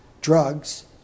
drugs